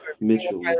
Mitchell